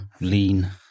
lean